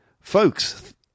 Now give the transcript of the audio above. folks